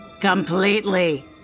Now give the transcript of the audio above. Completely